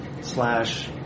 slash